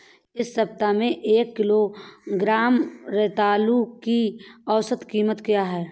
इस सप्ताह में एक किलोग्राम रतालू की औसत कीमत क्या है?